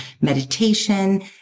meditation